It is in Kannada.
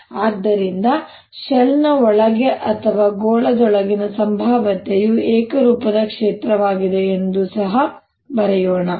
ಆದ್ದರಿಂದ ಶೆಲ್ ನ ಒಳಗೆ ಅಥವಾ ಗೋಳದೊಳಗಿನ ಸಂಭಾವ್ಯತೆಯು ಏಕರೂಪದ ಕ್ಷೇತ್ರವಾಗಿದೆ ಎಂದು ಸಹ ಬರೆಯೋಣ